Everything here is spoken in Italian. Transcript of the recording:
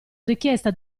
richiesta